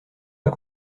pas